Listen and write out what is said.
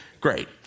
Great